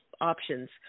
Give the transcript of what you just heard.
options